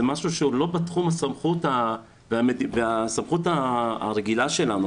משהו שהוא לא בתחום הסמכות הרגילה שלנו,